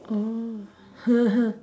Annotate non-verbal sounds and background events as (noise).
orh (laughs)